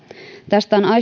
tästä on